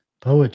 poetry